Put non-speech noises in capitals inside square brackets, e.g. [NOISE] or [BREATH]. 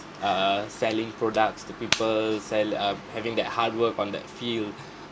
err selling products to people sell err having that hard work on that field [BREATH]